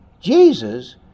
jesus